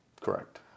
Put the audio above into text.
Correct